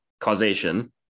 causation